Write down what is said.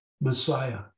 Messiah